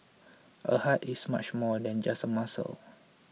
a heart is much more than just a muscle